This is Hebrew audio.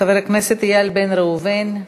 חבר הכנסת איל בן ראובן.